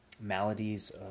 maladies